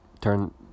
turn